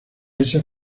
esa